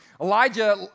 Elijah